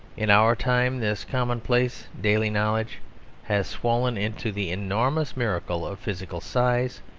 in our time this commonplace daily knowledge has swollen into the enormous miracle of physical size,